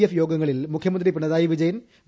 F യോഗങ്ങളിൽ മുഖ്യമന്ത്രി Pinarayi Vijayan V